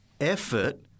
effort